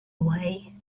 away